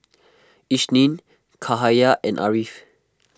Isnin Cahaya and Ariff